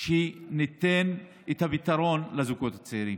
שניתן את הפתרון לזוגות הצעירים.